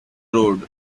road